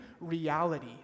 reality